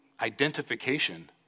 identification